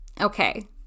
Okay